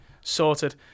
sorted